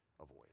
avoid